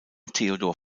theodor